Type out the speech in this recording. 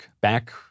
back